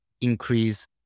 increase